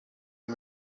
let